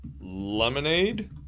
Lemonade